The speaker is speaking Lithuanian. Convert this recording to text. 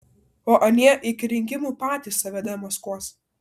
o anie iki rinkimų patys save demaskuos